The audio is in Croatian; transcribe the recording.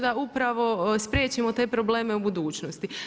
da upravo spriječimo te probleme u budućnosti.